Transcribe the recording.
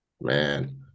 Man